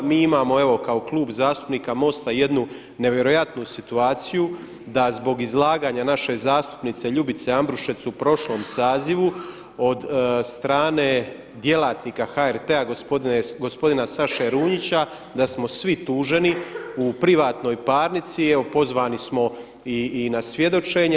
Mi imamo evo kao Klub zastupnika MOST-a jednu nevjerojatnu situaciju da zbog izlaganja naše zastupnice Ljubice Ambrušec u prošlom sazivu od strane djelatnika HRT-a gospodina Saše Runjića da smo svi tuženi u privatnoj parnici i evo pozvani smo i na svjedočenje.